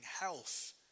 health